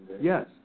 Yes